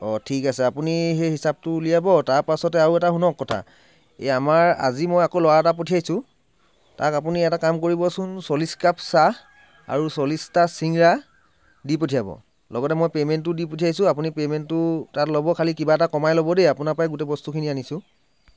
অঁ ঠিক আছে আপুনি সেই হিচাবটো উলিয়াব তাৰ পাছতে আৰু এটা শুনক কথা এই আমাৰ আজি মই আকৌ ল'ৰা এটা পঠিয়াইছোঁ তাক আপুনি এটা কাম কৰিবচোন চল্লিছ কাপ চাহ আৰু চল্লিছটা চিঙৰা দি পঠিয়াব লগতে মই পেমেণ্টটো দি পঠিয়াইছোঁ আপুনি পেমেণ্টটো তাত ল'ব কিন্তু কিবা এটা কমাই ল'ব দেই আপোনাৰপৰাই গোটেই বস্তুখিনি আনিছোঁ